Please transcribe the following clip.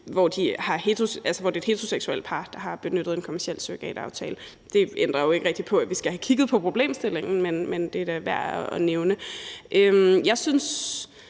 at det er et heteroseksuelt par, der har benyttet en kommerciel surrogataftale. Det ændrer jo ikke rigtig på, at vi skal have kigget på problemstillingen, men det er da værd at nævne. Jeg er